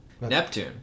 Neptune